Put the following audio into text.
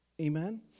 amen